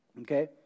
Okay